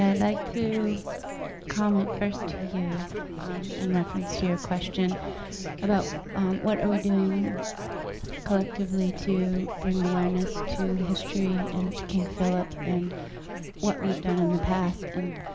and like to comment, first to you in reference to your question about what are we doing collectively to bring awareness to the history, and to king phillip, and what we've done in the past. and